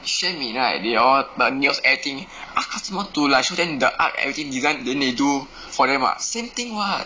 xuan min right they all the nails art thing ask customer to like show them the art everything design then they do for them [what] same thing [what]